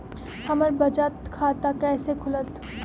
हमर बचत खाता कैसे खुलत?